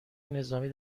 نظامی